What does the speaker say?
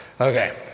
Okay